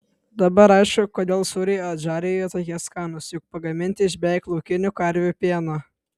dabar aišku kodėl sūriai adžarijoje tokie skanūs juk pagaminti iš beveik laukinių karvių pieno